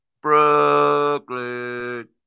Brooklyn